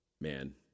Man